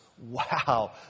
Wow